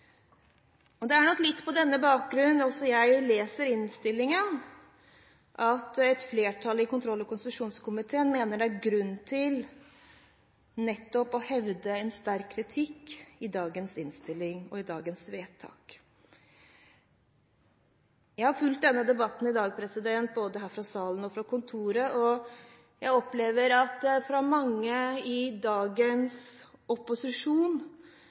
konstitusjonskomiteen mener det er grunn til nettopp å hevde en sterk kritikk i dagens innstilling og i dagens vedtak. Jeg har fulgt denne debatten i dag både her fra salen og fra kontoret, og jeg opplever at mange i dagens opposisjon